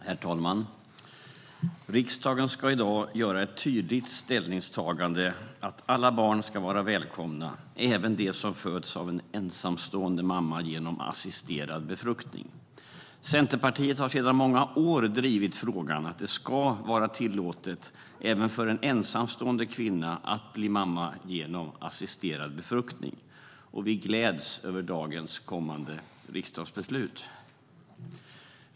Herr talman! Riksdagen ska i dag göra ett tydligt ställningstagande att alla barn ska vara välkomna, även de som föds av en ensamstående mamma genom assisterad befruktning. Centerpartiet har sedan många år drivit frågan att det ska vara tillåtet även för en ensamstående kvinna att bli mamma genom assisterad befruktning. Vi gläds över dagens kommande riksdagsbeslut.